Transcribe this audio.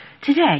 today